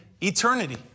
eternity